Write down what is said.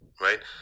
right